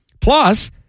Plus